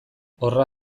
horra